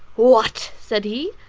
what! said he,